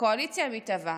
בקואליציה המתהווה,